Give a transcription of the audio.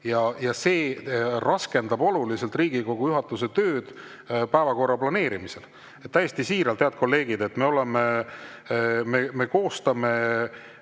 See raskendab oluliselt Riigikogu juhatuse tööd päevakorra planeerimisel. Täiesti siiralt, head kolleegid: me koostame